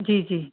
जी जी